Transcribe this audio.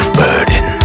burden